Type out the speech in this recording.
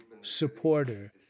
supporter